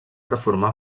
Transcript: deformar